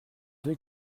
deux